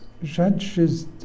judges